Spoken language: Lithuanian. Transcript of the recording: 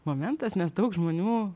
momentas nes daug žmonių